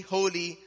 Holy